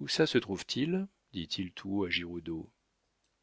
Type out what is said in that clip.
où ça se trouve-t-il dit-il tout haut à giroudeau